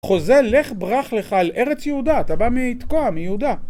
חוזה לך ברח לך אל ארץ יהודה, אתה בא מתקוע, מיהודה